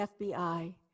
FBI